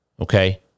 okay